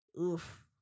oof